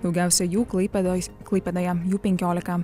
daugiausia jų klaipėdos klaipėdoje jų penkiolika